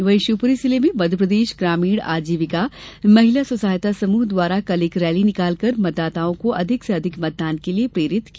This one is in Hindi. वहीं शिवपुरी जिले में मध्यप्रदेश ग्रामीण आजीविका महिला स्व सहायता समूह द्वारा कल एक रैली निकालकर मतदाताओं को अधिक से अधिक मतदान के लिये प्रेरित किया